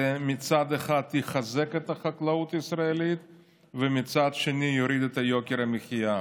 זה מצד אחד יחזק את החקלאות הישראלית ומצד שני יוריד את יוקר המחיה.